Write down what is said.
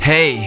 Hey